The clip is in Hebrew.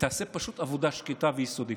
ותעשה פשוט עבודה שקטה ויסודית.